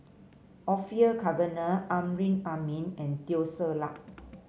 Orfeur Cavenagh Amrin Amin and Teo Ser Luck